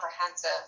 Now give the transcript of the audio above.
comprehensive